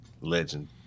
Legend